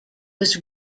was